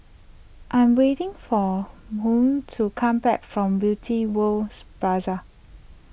I am waiting for Bynum to come back from Beauty World Plaza